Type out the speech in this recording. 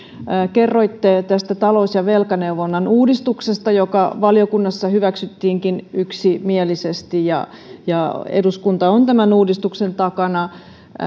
kerroitte tästä talous ja velkaneuvonnan uudistuksesta joka valiokunnassa hyväksyttiinkin yksimielisesti ja ja eduskunta on tämän uudistuksen takana